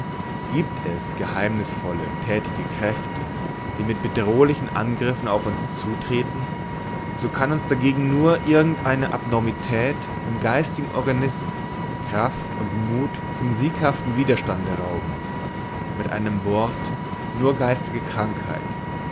gibt es geheimnisvolle tätige kräfte die mit bedrohlichen angriffen auf uns zutreten so kann uns dagegen nur irgend eine abnormität im geistigen organism kraft und mut zum sieghaften widerstande rauben mit einem wort nur geistige krankheit